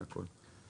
זה הכל.